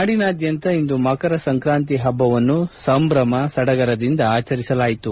ನಾಡಿನಾದ್ದಂತ ಇಂದು ಮಕರ ಸಂಕಾಂತಿ ಹಭ್ವವನ್ನು ಸಂಭವು ಸಡಗರದಿಂದ ಆಚರಿಸಲಾಯಿತು